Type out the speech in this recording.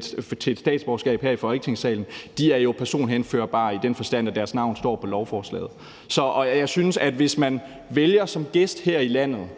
til et statsborgerskab her i Folketingssalen, jo er personhenførbare i den forstand, at deres navn står på lovforslaget. Så jeg synes, at hvis man som gæst her i landet